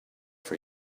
for